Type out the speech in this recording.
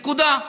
נקודה.